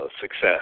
success